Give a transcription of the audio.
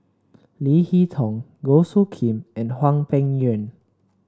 Leo Hee Tong Goh Soo Khim and Hwang Peng Yuan